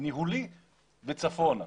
ניהולי וצפונה.